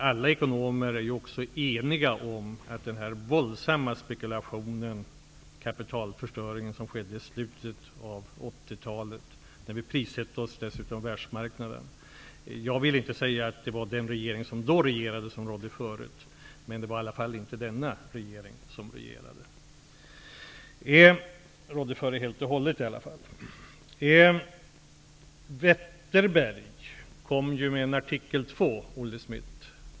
Alla ekonomer är eniga om att den våldsamma spekulation och den kapitalförstöring som skedde i slutet av 80-talet, när vi dessutom prisgett oss till världsmarknaden. Jag vill inte säga att det var den regering som då regerade som rådde för detta, men det var i varje fall inte den nuvarande regeringen som regerade och som helt och hållet rår för detta. Gunnar Wetterberg kom med en andra artikel, Olle Schmidt.